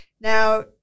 Now